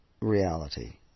reality